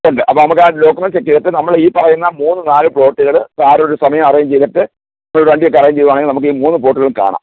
ഉണ്ട് അപ്പം നമുക്ക് ആ ഡോക്യുമെന്സ് ചെക്ക് ചെയ്തിട്ട് നമ്മൾ ഈ പറയുന്ന മൂന്ന് നാല് പ്ലോട്ട്കള് സാറൊര് സമയം അറേഞ്ച് ചെയ്തിട്ട് ഒരു വണ്ടിയൊക്കെ അറേഞ്ച് ചെയ്യുവാണെങ്കിൽ നമുക്ക് ഈ മൂന്ന് പ്ലോട്ടുകളും കാണാം